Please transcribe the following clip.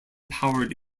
powered